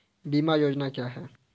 बीमा योजना क्या है?